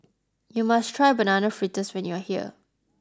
you must try banana fritters when you are here